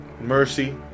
Mercy